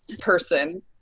person